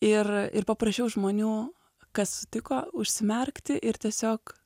ir ir paprašiau žmonių kas sutiko užsimerkti ir tiesiog